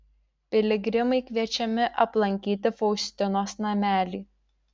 piligrimai kviečiami aplankyti faustinos namelį